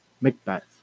Macbeth